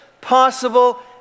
possible